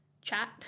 chat